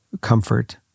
comfort